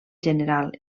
general